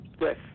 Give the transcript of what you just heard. Yes